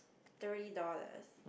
thirty dollars